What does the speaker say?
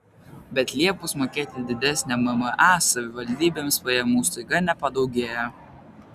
bet liepus mokėti didesnę mma savivaldybėms pajamų staiga nepadaugėja